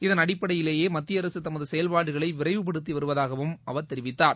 இதள் அடிப்படையிலேயே மத்திய அரசு தமது செயல்பாடுகளை விரைவுபடுத்தி இருப்பதாகவும் அவர் தெரிவித்தார்